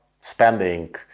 spending